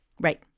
Right